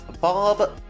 Bob